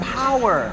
power